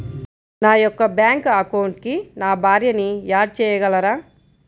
నా యొక్క బ్యాంక్ అకౌంట్కి నా భార్యని యాడ్ చేయగలరా?